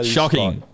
Shocking